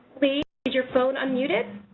lee, is your phone unmuted? it